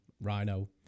Rhino